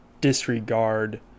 disregard